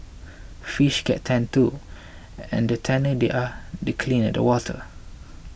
fish get tanned too and the tanner they are the cleaner the water